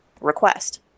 request